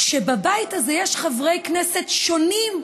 כשבבית הזה יש חברי כנסת שונים,